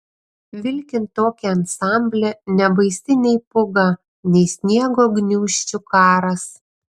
vilkint tokį ansamblį nebaisi nei pūga nei sniego gniūžčių karas